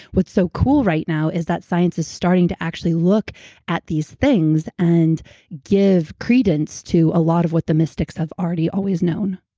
what's so cool right now is that science is starting to actually look at these things and give credence to a lot of what the mystics have already always known.